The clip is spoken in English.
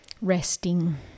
resting